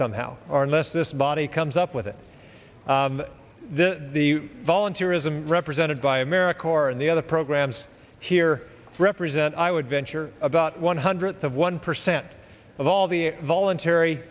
somehow or unless this body comes up with it the the volunteerism represented by america or in the other programs here represent i would venture about one hundredth of one percent of all the voluntary